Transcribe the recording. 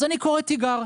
אז אני קורא תיגר.